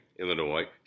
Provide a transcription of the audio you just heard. Illinois